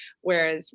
whereas